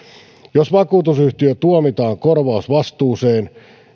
jos vakuutusyhtiö tuomitaan korvausvastuuseen